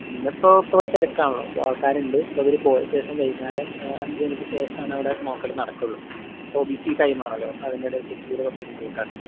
ഇന്നിപ്പോ ഇപ്പോ ഇവിടെ തിരക്കാണല്ലോ അപ്പൊ ആൾക്കാരുണ്ട് ഇപ്പോ ഇവര് പോയ ശേഷം വൈകുന്നേരം അഞ്ച് മണിക്ക് ശേഷമാണിവിടെ നോക്കല് നടക്കുള്ളൂ ഇപ്പൊ ബിസി ടൈം ആണല്ലോ അതിൻ്റെയിടയിൽ ചെക്ക് ചെയ്യുന്നത് കുറച്ച് ബുദ്ധിമുട്ടാണ്